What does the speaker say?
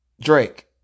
Drake